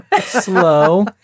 Slow